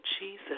Jesus